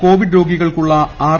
Covid രോഗികൾക്കുള്ള R